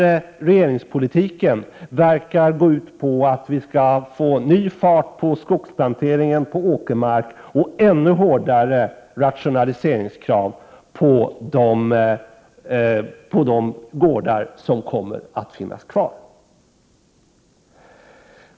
Regeringspolitiken verkar att gå ut på att vi skall få ny fart på skogsplanteringen på åkermark och ännu hårdare rationaliseringskrav på de gårdar som kommer att finnas kvar.